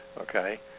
okay